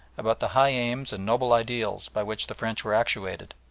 about the high aims and noble ideals by which the french were actuated.